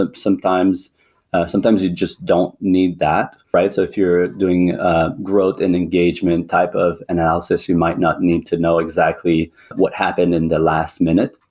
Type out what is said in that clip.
ah sometimes sometimes you just don't need that, right? so if you're doing a growth and engagement type of analysis, you might not need to know exactly what happened in the last minute.